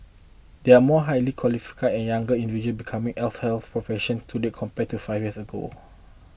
there are more highly qualified and younger individual becoming allied health professional today compared to five years ago